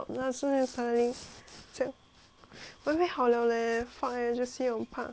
我以为好了 leh fuck eh jessie 我很怕